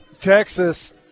Texas